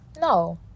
No